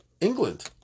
England